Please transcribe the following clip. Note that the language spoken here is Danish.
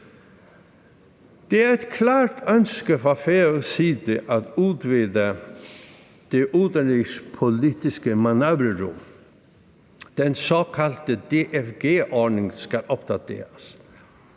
Det er et klart ønske fra færøsk side at udvide det udenrigspolitiske manøvrerum. Den såkaldte DFG-ordning skal opdateres.